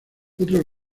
otro